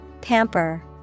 Pamper